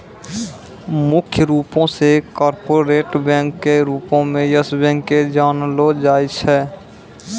मुख्य रूपो से कार्पोरेट बैंको के रूपो मे यस बैंक के जानलो जाय छै